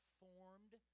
formed